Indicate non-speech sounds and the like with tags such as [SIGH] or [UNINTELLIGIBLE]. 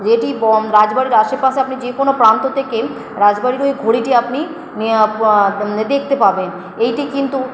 যেটি [UNINTELLIGIBLE] রাজবাড়ির আশেপাশে আপনি যে কোনও প্রান্ত থেকে রাজবাড়ির ওই ঘড়িটি আপনি দেখতে পাবেন এইটি কিন্তু